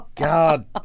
God